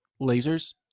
lasers